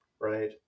right